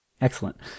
Excellent